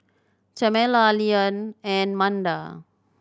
Tamela Lilyan and Manda